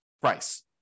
price